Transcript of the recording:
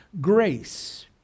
grace